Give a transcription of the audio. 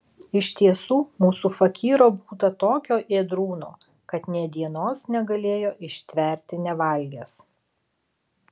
iš tiesų mūsų fakyro būta tokio ėdrūno kad nė dienos negalėjo ištverti nevalgęs